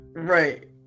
right